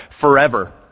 forever